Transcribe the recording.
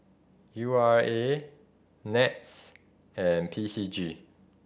U R A NETS and P C G